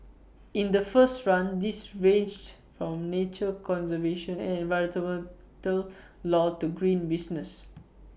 in the first run these ranged from nature conservation and environmental law to green businesses